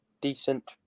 decent